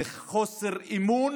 זה חוסר אמון